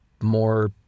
more